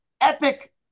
epic